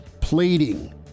pleading